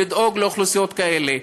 כדי לדאוג לאוכלוסיות כאלה.